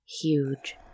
huge